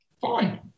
fine